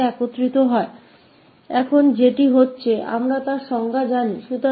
ठीक है अब यह हो रहा है क्योंकि हम परिभाषाओं को जानते हैं